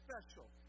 special